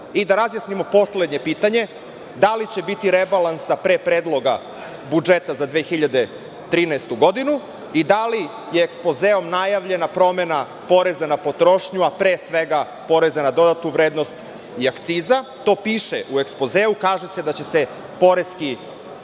razjasnimo poslednje pitanje – da li će biti rebalansa pre predloga budžeta za 2013. godinu i da li je ekspozeom najavljena promena poreza na potrošnju, a pre svega PDV i akciza? To piše u ekspozeu. Kaže se da će se poreski